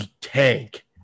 tank